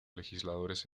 legisladores